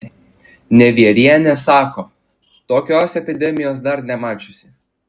nevierienė sako tokios epidemijos dar nemačiusi